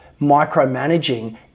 micromanaging